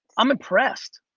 i'm impressed.